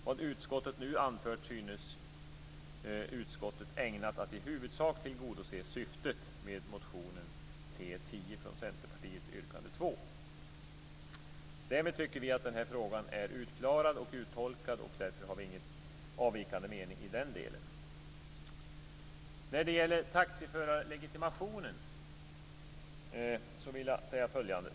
Vad utskottet nu anfört synes utskottet ägnat att i huvudsak tillgodose syftet med motion 1997/98:T10 Därmed tycker vi att denna fråga är avklarad och uttolkad, och därför har vi inte någon avvikande mening i denna del. När det gäller taxiförarlegitimationen vill jag säga följande.